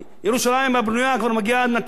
ירושלים הבנויה כבר מגיעה עד נתניה,